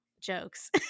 jokes